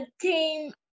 team